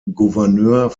gouverneur